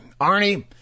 Arnie